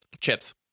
Chips